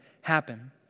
happen